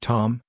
Tom